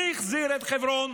מי החזיר את חברון?